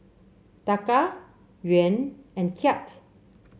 Taka Yuan and Kyat